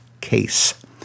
case